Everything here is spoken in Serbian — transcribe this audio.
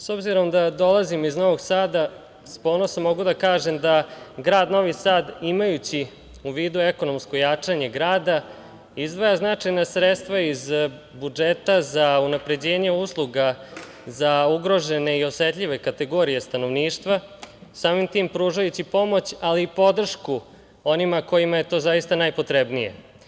S obzirom da dolazim iz Novog Sada, s ponosom mogu da kažem da grad Novi Sad, imajući u vidu ekonomsko jačanje grada, izdvaja značajna sredstva iz budžeta za unapređenje usluga za ugrožene i osetljive kategorije stanovništva, samim tim pružajući pomoć, ali i podršku onima kojima je to zaista najpotrebnije.